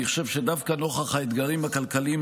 אני חושב שדווקא נוכח האתגרים הכלכליים